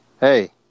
hey